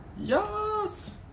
Yes